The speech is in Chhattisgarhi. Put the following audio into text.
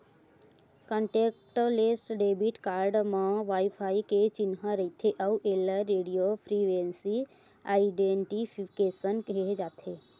कांटेक्टलेस डेबिट कारड म वाईफाई के चिन्हा रहिथे अउ एला रेडियो फ्रिवेंसी आइडेंटिफिकेसन केहे जाथे